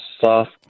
Soft